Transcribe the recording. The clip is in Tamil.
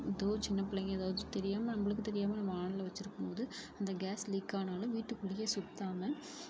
எதோ சின்னப் பிள்ளைங்க எதாவது தெரியாமல் நம்பளுக்கு தெரியாமல் நம்ம ஆன்ல வச்சிருக்கும் போது அந்த கேஸ் லீக் ஆனாலும் வீட்டுக்குள்ளேயே சுற்றாம